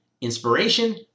inspiration